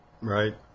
Right